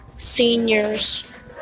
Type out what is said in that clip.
Seniors